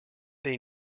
they